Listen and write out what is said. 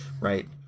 right